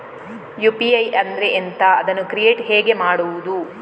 UPI ಅಂದ್ರೆ ಎಂಥ? ಅದನ್ನು ಕ್ರಿಯೇಟ್ ಹೇಗೆ ಮಾಡುವುದು?